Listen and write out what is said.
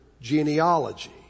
genealogy